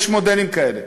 יש מודלים כאלה.